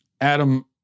Adam